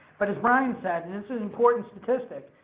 but as brian said, and this is important statistic,